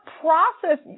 process